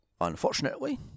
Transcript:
Unfortunately